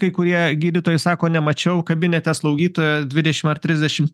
kai kurie gydytojai sako nemačiau kabinete slaugytoja dvidešimt ar trisdešimt